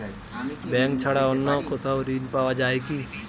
Bank ছাড়া অন্য কোথাও ঋণ পাওয়া যায় কি?